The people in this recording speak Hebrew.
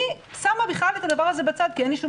אני שמה בכלל את הדבר הזה בצד כי אין לי שום